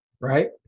right